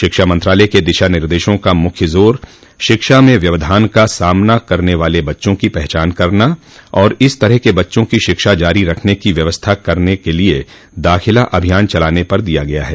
शिक्षा मंत्रालय के दिशा निर्देशों का मुख्य जोर शिक्षा में व्यवधान का सामना करने वाले बच्चों की पहचान करना और इस तरह के बच्चों की शिक्षा जारी रखने की व्यवस्था करने के लिए दाखिला अभियान चलाने पर दिया गया है